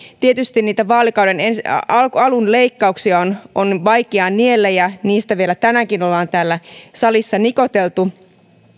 tietysti niitä vaalikauden alun leikkauksia on vaikea niellä ja niistä vielä tänäänkin ollaan täällä salissa nikoteltu